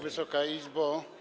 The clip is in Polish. Wysoka Izbo!